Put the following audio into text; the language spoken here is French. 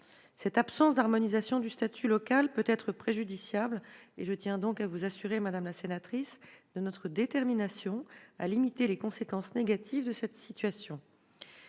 Cette absence d'harmonisation du statut local peut être préjudiciable ; je tiens donc à vous assurer, madame la sénatrice, de notre détermination à limiter les conséquences négatives de cette situation.